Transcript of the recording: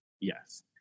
Yes